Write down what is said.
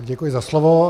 Děkuji za slovo.